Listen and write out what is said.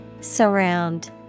Surround